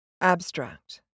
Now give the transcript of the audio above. Abstract